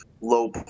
low